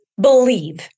believe